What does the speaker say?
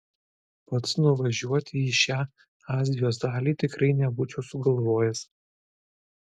pats nuvažiuoti į šią azijos dalį tikrai nebūčiau sugalvojęs